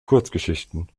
kurzgeschichten